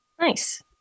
Nice